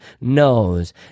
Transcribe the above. knows